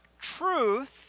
truth